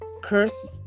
curse